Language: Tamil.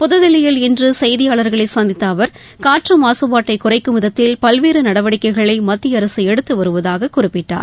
புத்தில்லியில் இன்று செய்தியாளர்களை சந்தித்த அவர் காற்று மாசுப்பாட்டை குறைக்கும் விதத்தில் பல்வேறு நடவடிக்கைகளை மத்திய அரசு எடுத்து வருவதாக குறிப்பிட்டார்